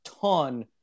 ton